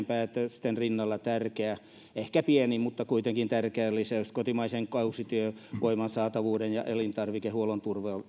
päätösten rinnalla tärkeä ehkä pieni mutta kuitenkin tärkeä lisäys kotimaisen kausityövoiman saatavuuden ja elintarvikehuollon